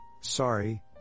sorry